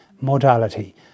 modality